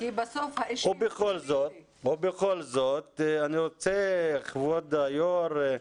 בכל זאת אני רוצה, כבוד היו"ר,